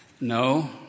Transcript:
No